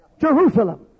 Jerusalem